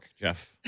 Jeff